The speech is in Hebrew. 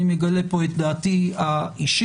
אני מגלה פה את דעתי האישית,